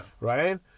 right